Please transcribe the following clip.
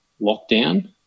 lockdown